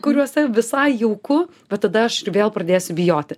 kuriuose visai jauku vat tada aš vėl pradės bijoti